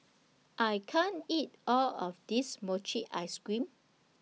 I can't eat All of This Mochi Ice Cream